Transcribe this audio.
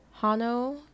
Hano